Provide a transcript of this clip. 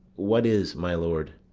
what is, my lord?